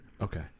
Okay